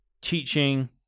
teaching